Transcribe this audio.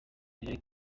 hillary